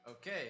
Okay